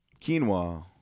Quinoa